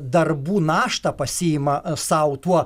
darbų naštą pasiima sau tuo